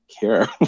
care